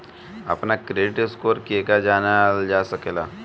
अपना credit score केगा जानल जा सकेला?